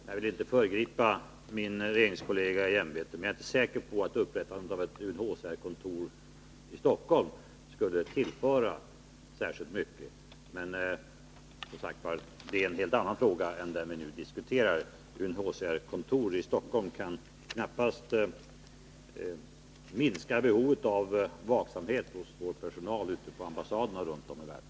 Jag vill inte falla min regeringskollega i ämbetet, men jag är inte säker på att upprättandet av ett UNHCR-kontor i Stockholm skulle tillföra särskilt mycket. Det är dock en helt annan fråga än den vi nu diskuterar. Ett UNHCR-kontor i Stockholm kan knappast minska behovet av vaksamhet hos vår personal på ambassaderna runt om i världen.